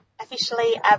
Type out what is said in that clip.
Officially